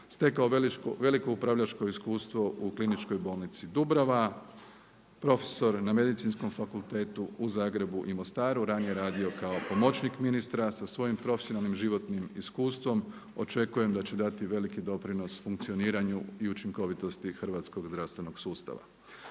Stekao veliko upravljačko iskustvo u Kliničkoj bolnici Dubrava. Prof. na Medicinskom fakultetu u Zagrebu i Mostaru, ranije radio kao pomoćnik ministra. Sa svojim profesionalnim i životnim iskustvom očekujem da će dati veliki doprinos funkcioniranju i učinkovitosti hrvatskog zdravstvenog sustava.